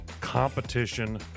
competition